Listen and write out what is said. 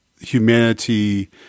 humanity